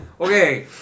Okay